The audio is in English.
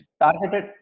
targeted